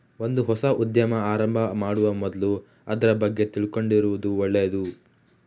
ಒಂದು ಹೊಸ ಉದ್ಯಮ ಆರಂಭ ಮಾಡುವ ಮೊದ್ಲು ಅದ್ರ ಬಗ್ಗೆ ತಿಳ್ಕೊಂಡಿರುದು ಒಳ್ಳೇದು